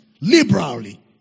liberally